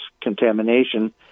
contamination